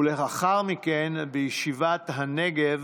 ולאחר מכן בישיבת הנגב,